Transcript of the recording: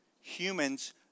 Humans